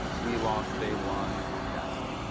we lost, they won, next.